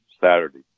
Saturday